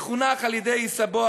שחונך בידי סבו,